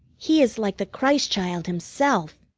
he is like the christ-child himself!